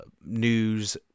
news